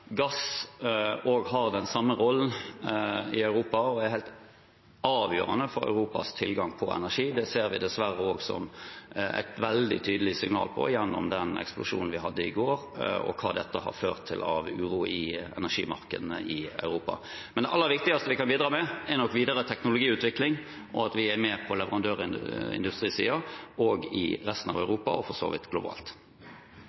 gass har den samme rollen i Europa og er helt avgjørende for Europas tilgang på energi. Det ser vi dessverre også et veldig tydelig signal på gjennom den eksplosjonen vi hadde i går, og hva dette har ført til av uro i energimarkedene i Europa. Men det aller viktigste vi kan bidra med, er nok videre teknologiutvikling, og at vi er med på leverandørindustrisiden i resten av